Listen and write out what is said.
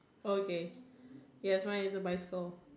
okay yes mine is a bicycle